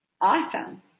Awesome